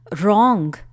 wrong